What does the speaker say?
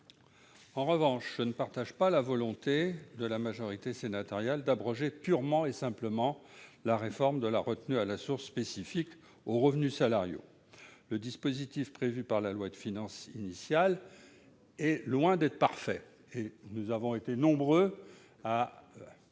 en revanche, avec la volonté de la majorité sénatoriale d'abroger purement et simplement la réforme de la retenue à la source spécifique aux revenus salariaux. Le dispositif prévu par la loi de finances initiale est loin d'être parfait, et nous avons été nombreux à